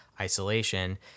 isolation